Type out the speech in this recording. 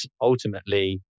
ultimately